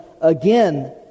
Again